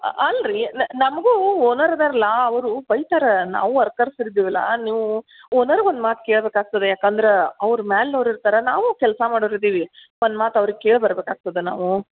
ಅಲ್ಲ ರೀ ನಮಗೂ ಓನರ್ ಇದಾರ್ಲ ಅವರು ಬೈತಾರೆ ನಾವು ವರ್ಕರ್ಸ್ ಇರ್ತೀವಲ ನೀವು ಓನರ್ಗೆ ಒಂದು ಮಾತು ಕೇಳ್ಬೇಕಾಗ್ತದೆ ಯಾಕಂದ್ರೆ ಅವ್ರು ಮ್ಯಾಲ್ನವ್ರು ಇರ್ತಾರೆ ನಾವು ಕೆಲಸ ಮಾಡೋರಿದ್ದೀವಿ ಒಂದು ಮಾತು ಅವ್ರಿಗೆ ಕೇಳಿ ಬರ್ಬೇಕಾಗ್ತದೆ ನಾವು